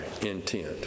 intent